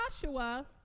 Joshua